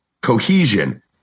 cohesion